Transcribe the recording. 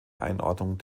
einordnung